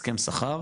הסכם שכר.